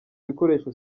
bikoresho